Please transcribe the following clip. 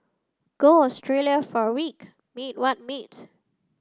go Australia for a week mate what mate